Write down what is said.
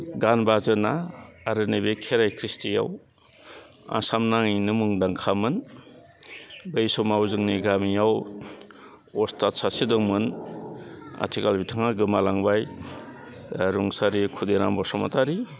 गान बाजोना आरो नैबे खेराइ ख्रिस्थियाव आसाम नाङैनो मुंदांखामोन बै समाव जोंनि गामियाव अस्थाद सासे दंमोन आथिखाल बिथाङा गोमालांबाय रुंसारि खुदिराम बसुमतारी